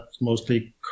mostly